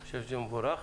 אני חושב שזה מבורך.